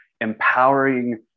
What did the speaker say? empowering